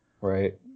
Right